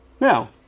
Now